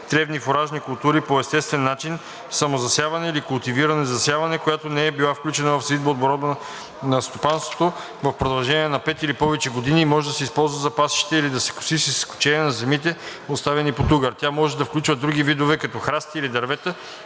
тревни фуражни култури по естествен начин (самозасяване) или чрез култивиране (засяване), която не е била включена в сеитбооборота на стопанството в продължение на 5 или повече години, и може да се използва за пасище или да се коси, с изключение на земите, оставени под угар. Тя може да включва други видове, като храсти или дървета,